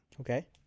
Okay